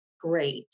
great